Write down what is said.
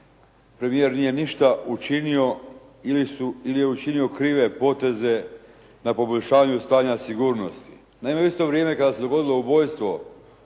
premijer nije ništa učinio ili je učinio krive poteze na poboljšanju stanja sigurnosti. Naime, u isto vrijeme kada se dogodilo ubojstvo